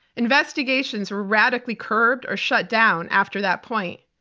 investigations were radically curbed or shut down after that point.